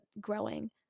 growing